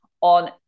on